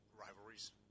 rivalries